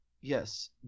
Yes